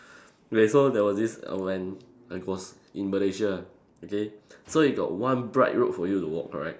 K so there was this err when like was in Malaysia okay so it got one bright road for you to walk correct